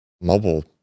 mobile